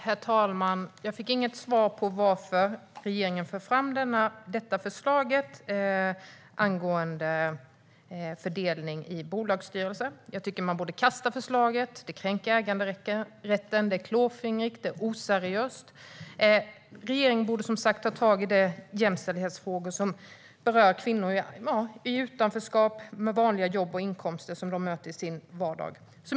Herr talman! Jag fick inget svar på frågan varför regeringen lägger fram detta förslag om fördelning i bolagsstyrelser. Jag tycker att man borde kasta förslaget. Det kränker äganderätten, det är klåfingrigt och det är oseriöst. Regeringen borde som sagt ta tag i de jämställdhetsfrågor som berör kvinnor i utanförskap. Det gäller kvinnor med vanliga jobb och inkomster och de problem de möter i sin vardag.